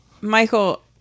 michael